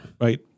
Right